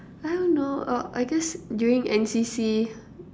I don't know uh I guess during N_C_C